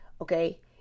okay